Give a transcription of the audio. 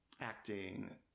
acting